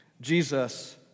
Jesus